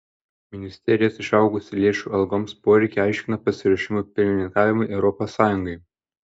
ministerijos išaugusį lėšų algoms poreikį aiškina pasiruošimu pirmininkavimui europos sąjungai